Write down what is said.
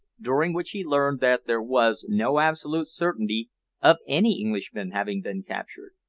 during which he learned that there was no absolute certainty of any englishmen having been captured.